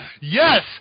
Yes